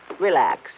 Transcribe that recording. relax